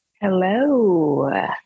Hello